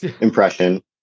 impression